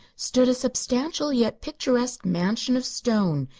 stood a substantial yet picturesque mansion of stone,